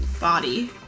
body